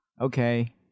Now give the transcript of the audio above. Okay